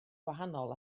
gwahanol